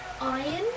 Iron